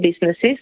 businesses